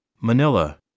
Manila